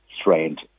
strained